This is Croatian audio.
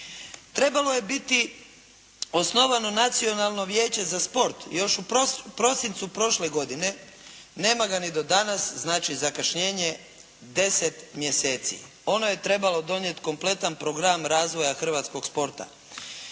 Trebalo je biti osnovano nacionalno vijeće za sport još u prosincu prošle godine, nema ga ni do danas, znači zakašnjenje 10 mjeseci. Ono je trebalo donijeti kompletan program razvoja hrvatskog sporta.